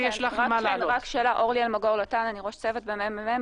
--- אני ראש צוות במרכז המחקר והמידע של הכנסת.